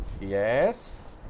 Yes